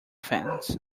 fans